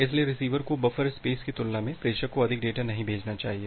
इसलिए रिसीवर को buffer space की तुलना में प्रेषक को अधिक डेटा नहीं भेजना चाहिए